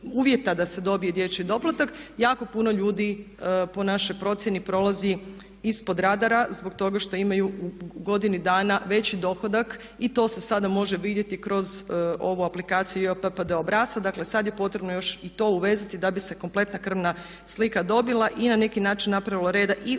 da se dobije dječji doplatak, jako puno ljudi po našoj procjeni prolazi ispod radara zbog toga što imaju u godini dana veći dohodak i to se sada može vidjeti kroz ovu aplikaciju JOPPD obrasca dakle, sad je potrebno još i to uvezati da bi se kompletna krvna slika dobila i na neki način napravila reda i u